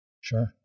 sure